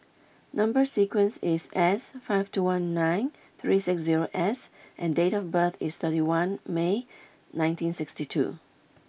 number sequence is S five four one nine three six zero S and date of birth is thirty one May nineteen sixty two